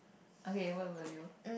okay what will you